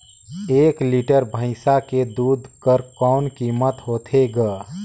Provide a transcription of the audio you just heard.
एक लीटर भैंसा के दूध कर कौन कीमत होथे ग?